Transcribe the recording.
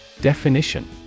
Definition